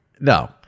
No